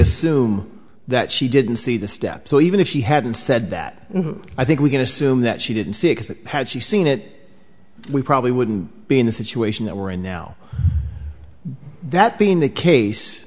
assume that she didn't see the step so even if she hadn't said that i think we can assume that she didn't see it as that had she seen it we probably wouldn't be in the situation that we're in now that being the case